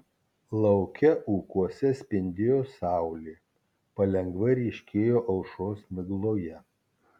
lauke ūkuose spindėjo saulė palengva ryškėjo aušros migloje